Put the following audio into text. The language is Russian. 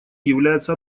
является